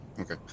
Okay